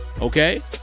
Okay